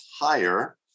higher